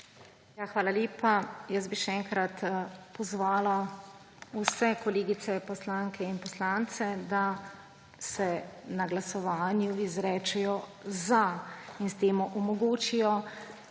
Hvala lepa. Jaz bi še enkrat pozvala vse kolegice poslanke in poslance, da se na glasovanju izrečejo »za« in s tem omogočijo